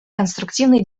конструктивный